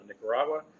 Nicaragua